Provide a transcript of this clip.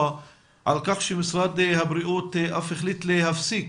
על כך שמשרד הבריאות אף החליט להפסיק